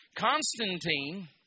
Constantine